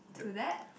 to that